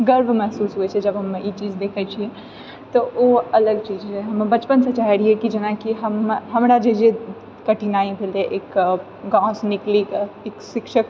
गर्व महसूस होइत छै जब हम ई चीज देखए छिऐ तऽ ओ अलग चीज छै हमे बचपनसँ चाहए रहिऐ कि जेनाकि हम जेनाकि हमरा जे जे कठिनाइ भेलै एक गाँवसंँ निकलीकेँ एक शिक्षक